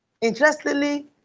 Interestingly